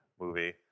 movie